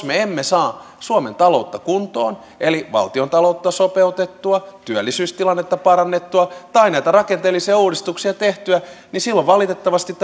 me emme saa suomen taloutta kuntoon eli valtiontaloutta sopeutettua työllisyystilannetta parannettua tai näitä rakenteellisia uudistuksia tehtyä niin silloin valitettavasti